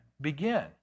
begin